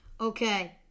Okay